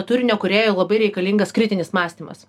turinio kūrėju labai reikalingas kritinis mąstymas